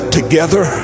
together